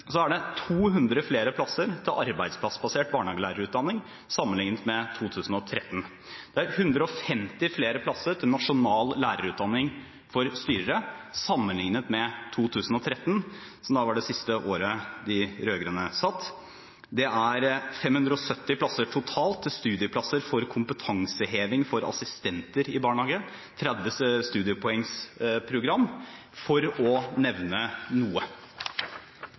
200 flere plasser til arbeidsplassbasert barnehagelærerutdanning, sammenliknet med i 2013. Det er 150 flere plasser til en nasjonal lederutdanning for styrere i barnehager, sammenliknet med 2013, som var det siste året de rød-grønne satt med makten. Det er 570 plasser totalt til studieplasser for kompetanseheving for assistenter i barnehage, som er et program på 30 studiepoeng – for å nevne noe.